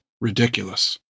ridiculous